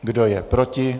Kdo je proti?